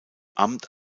amt